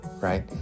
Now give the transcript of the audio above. right